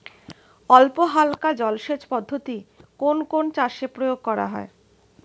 অল্পহালকা জলসেচ পদ্ধতি কোন কোন চাষে প্রয়োগ করা হয়?